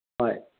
ꯍꯣꯏ